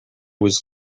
was